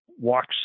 walks